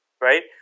right